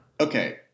Okay